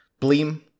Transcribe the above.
Bleem